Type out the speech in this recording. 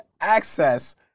access